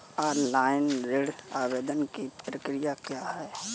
Online ऋण आवेदन की प्रक्रिया क्या है?